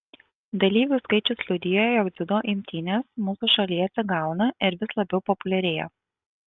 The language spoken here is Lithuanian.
dalyvių skaičius liudija jog dziudo imtynės mūsų šalyje atsigauna ir vis labiau populiarėja